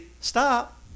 stop